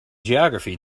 geography